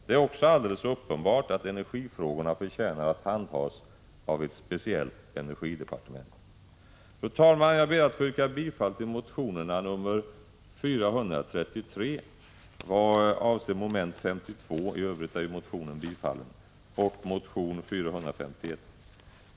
Det är också alldeles uppenbart att energifrågorna förtjänar att handhas av ett speciellt energidepartement. Fru talman! Jag ber att få yrka bifall till motion N433 i vad avser mom. 52—- i övrigt är ju motionen bifallen — och till motion N451.